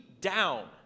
down